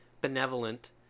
benevolent